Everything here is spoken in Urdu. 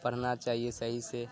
پڑھنا چاہیے صحیح سے